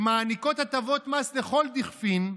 שמעניקות הטבות מס לכל דכפין,